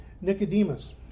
Nicodemus